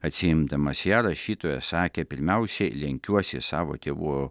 atsiimdamas ją rašytoja sakė pirmiausia lenkiuosi savo tėvų